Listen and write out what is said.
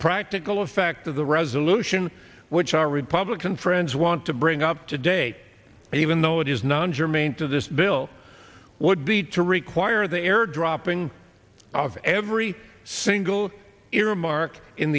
practical effect of the resolution which our republican friends want to bring up today and even though it is non germane to this bill would be to require the air dropping of every single earmark in